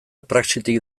praxitik